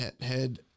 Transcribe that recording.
head